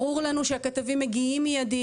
ברור לנו שהכתבים מגיעים מידית.